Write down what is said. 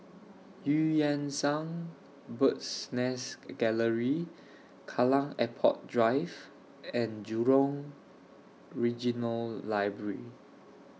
EU Yan Sang Bird's Nest Gallery Kallang Airport Drive and Jurong Regional Library